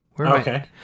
Okay